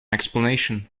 explanation